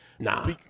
Nah